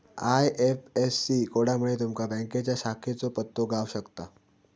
IFSC कोडमुळा तुमका बँकेच्या शाखेचो पत्तो गाव शकता